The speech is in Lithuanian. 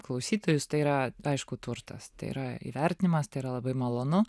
klausytojus tai yra aišku turtas tai yra įvertinimas tai yra labai malonu